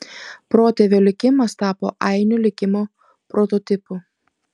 protėvio likimas tapo ainių likimo prototipu